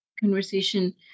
conversation